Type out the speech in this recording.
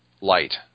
light